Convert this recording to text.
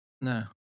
No